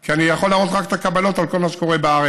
כי אני יכול להראות רק את הקבלות על כל מה שקורה בארץ.